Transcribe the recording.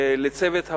לצוות הוועדה,